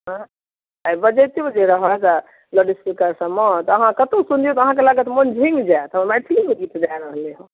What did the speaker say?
बजैतो जे रहत लाउडस्पीकर सब मे तऽ अहाँ कतौ सुनियौ तऽ अहाँके लागत मन झुमि जाएत हँ मैथिली मे गीत भए रहलै हँ